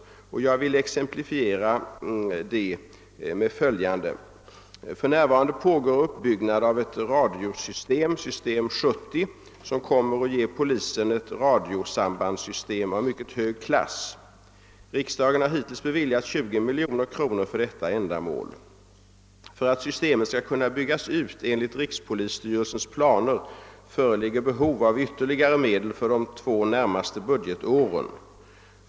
Jag vill exemplifiera detta. För närvarande pågår uppbyggnad av ett radiosystem, system 70, som kommer att ge polisen ett radiosambandssystem av mycket hög klass. Riksdagen har hittills beviljat 20 miljoner kronor för detta ändamål. För att systemet skall kunna byggas ut enligt rikspolisstyrelsens planer föreligger behov av ytterligare medel för de två närmaste budgetåren.